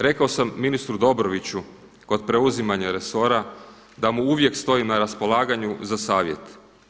Rekao sam ministru Dobroviću kod preuzimanja resora da mu uvijek stojim na raspolaganju za savjet.